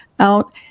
Out